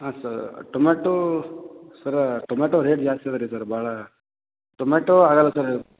ಹಾಂ sir tomato sir tomato rate ಜಾಸ್ತಿ ಇದೆ ರೀ ಸರ್ ಭಾಳ ಟೊಮೆಟೊ ಆಗೋಲ್ಲ ಸರ್